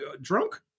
drunk